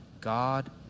God